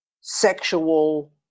sexual